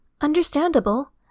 Understandable